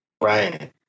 Right